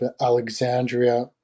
Alexandria